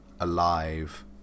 Alive